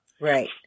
Right